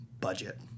budget